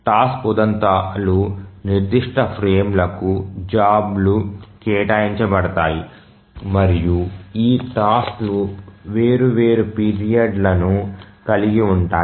task ఉదంతాలు నిర్దిష్ట ఫ్రేములకు జాబ్ లు కేటాయించబడతాయి మరియు ఈ టాస్క్ లు వేర్వేరు పీరియడ్లను కలిగి ఉంటాయి